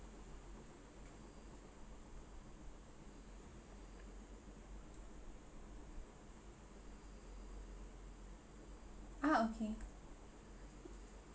ah okay